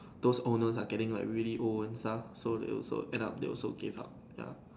those owners are getting like really old and stuff so they also end up they also give up ya